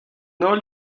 holl